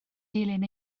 dilyn